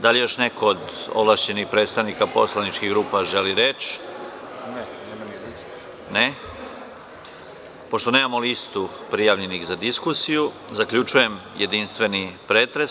Da li još neko od ovlašćenih predstavnika poslaničkih grupa želi reč? (Ne.) Pošto nemamo listu prijavljenih za diskusiju, zaključujem jedinstveni pretres.